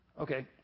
Okay